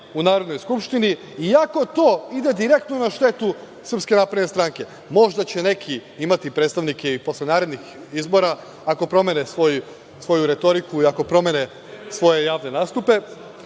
u Narodnoj skupštini iako to ide direktno na štetu SNS. Možda će neki imati predstavnike i posle narednih izbora ako promene svoju retoriku i ako promene svoje javne nastupe